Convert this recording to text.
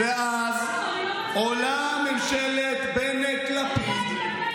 ואז עולה ממשלת בנט-לפיד.